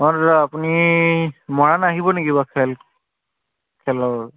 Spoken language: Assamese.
অ দাদা আপুনি মৰাণ আহিব নেকি বাৰু খেল খেলৰ